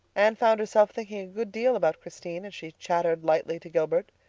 anne found herself thinking a good deal about christine as she chatted lightly to gilbert.